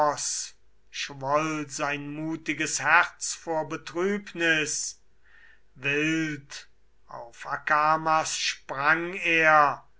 schwoll sein mutiges herz vor betrübnis wild auf akamas sprang er